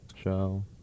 show